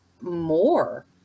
more